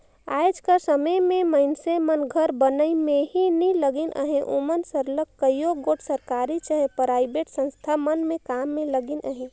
आएज कर समे में मइनसे मन घर बनई में ही नी लगिन अहें ओमन सरलग कइयो गोट सरकारी चहे पराइबेट संस्था मन में काम में लगिन अहें